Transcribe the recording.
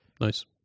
Nice